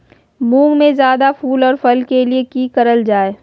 मुंग में जायदा फूल और फल के लिए की करल जाय?